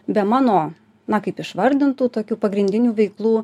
be mano na kaip išvardintų tokių pagrindinių veiklų